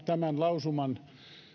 tämän lausuman